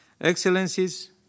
excellencies